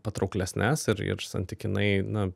patrauklesnes ir ir santykinai na